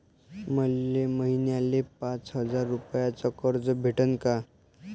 मले महिन्याले पाच हजार रुपयानं कर्ज भेटन का?